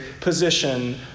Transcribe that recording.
position